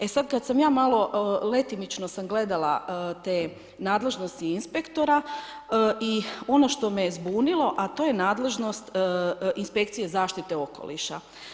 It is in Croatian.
E sada kada sam ja malo, letimično sam gledala te nadležnosti inspektora i ono što me zbunilo a to je nadležnost inspekcije zaštite okoliša.